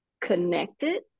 connected